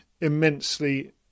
immensely